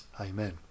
amen